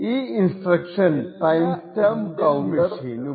ഈ instruction time stamp counter read ചെയ്യുകയാണ് ചെയ്യുന്നത്